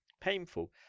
painful